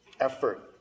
effort